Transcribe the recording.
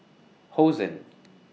Hosen